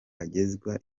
agezwa